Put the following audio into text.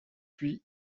puis